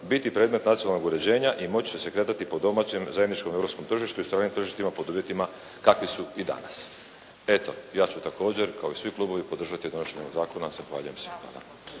biti predmet nacionalnog uređenja i moći će se kretati po domaćem, zajedničkom europskom tržištu i stranim tržištima pod uvjetima kakvi su i danas. Eto, ja ću također kao i svi klubovi podržati donošenje zakona. Zahvaljujem.